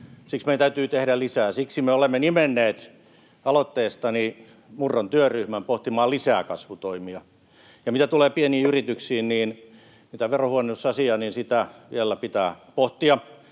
Siksi meidän täytyy tehdä lisää, ja siksi me olemme nimenneet aloitteestani Murron työryhmän pohtimaan lisää kasvutoimia. Mitä tulee pieniin yrityksiin, niin tätä verohuojennusasiaa vielä pitää pohtia,